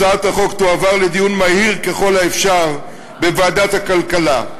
הצעת החוק תועבר לדיון מהיר ככל האפשר בוועדת הכלכלה,